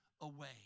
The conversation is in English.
away